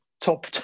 Top